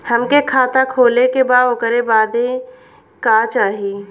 हमके खाता खोले के बा ओकरे बादे का चाही?